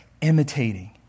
imitating